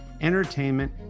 entertainment